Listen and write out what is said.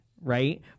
right